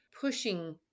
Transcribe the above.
pushing